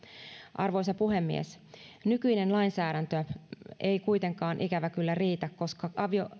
arvoisa puhemies nykyinen lainsäädäntö ei kuitenkaan ikävä kyllä riitä koska